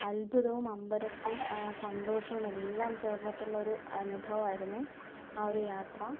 അത്ഭുതവും അമ്പരപ്പും സന്തോഷവും എല്ലാം ചേർന്നിട്ടുള്ള ഒരു അനുഭവം ആയിരുന്നു ആ ഒരു യാത്ര